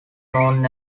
known